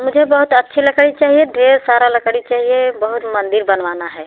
मुझे बहुत अच्छी लकड़ी चाहिए ढेर सारी लकड़ी चाहिए बहुत मंदिर बनवाना है